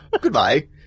Goodbye